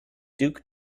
duke